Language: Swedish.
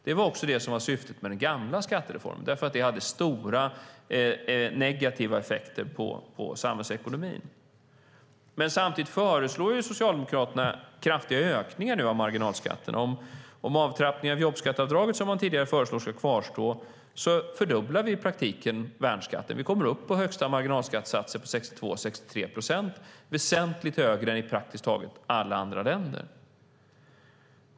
Det var också det som var syftet med den gamla skattereformen, för det hade stora negativa effekter på samhällsekonomin. Men samtidigt föreslår Socialdemokraterna nu kraftiga ökningar av marginalskatten. Om avtrappningen av jobbskatteavdraget, som man tidigare föreslog, ska kvarstå fördubblar vi i praktiken värnskatten. Vi kommer upp i marginalskattesatser på 62-63 procent. Det är väsentligt högre än i praktiskt taget alla andra länder.